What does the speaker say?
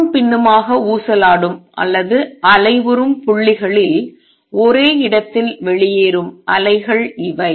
முன்னும் பின்னுமாக ஊசலாடும் அலைவுறும் புள்ளிகளில் ஒரே இடத்தில் வெளியேறும் அலைகள் இவை